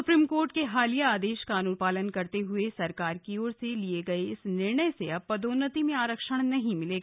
supreme court के हालिया आदेश का अन्पालन करते हए सरकार की ओर से लिए गए इस निर्णय से अब पदोन्नति में आरक्षण नहीं मिलेगा